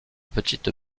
petite